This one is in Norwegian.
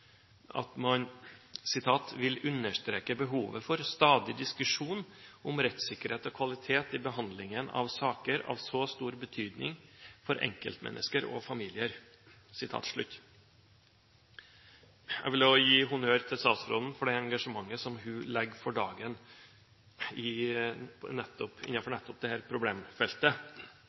at man «vil understreke behovet for stadig diskusjon om rettssikkerhet og kvalitet i behandlingen av saker av så stor betydning for enkeltmennesker og familier.» Jeg vil også gi honnør til statsråden for det engasjementet som hun legger for dagen innenfor nettopp dette problemfeltet, og jeg er enig med representanten Storberget i at det